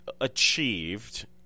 achieved